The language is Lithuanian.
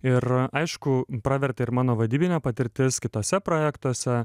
ir aišku pravertė ir mano vadybinė patirtis kituose projektuose